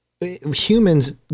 humans